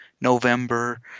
november